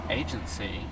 agency